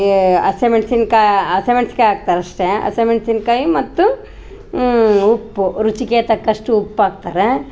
ಈ ಹಸಿಮೆಣ್ಸಿನ ಕಾ ಹಸಿಮೆಣ್ಸು ಕಾಯಿ ಹಾಕ್ತಾರೆ ಅಷ್ಟೇ ಹಸಿಮೆಣ್ಸಿನ ಕಾಯಿ ಮತ್ತು ಉಪ್ಪು ರುಚಿಗೆ ತಕ್ಕಷ್ಟು ಉಪ್ಪಾಕ್ತಾರೆ